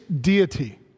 deity